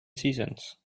seasons